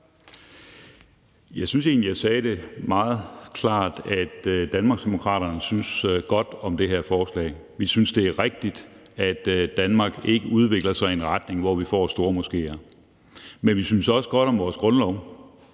Jeg synes egentlig, jeg sagde meget klart, at Danmarksdemokraterne synes godt om det her forslag. Vi synes, det er rigtigt, at Danmark ikke udvikler sig i en retning, hvor vi får stormoskéer. Men vi synes også godt om vores grundlov,